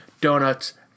Donuts